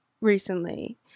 recently